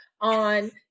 on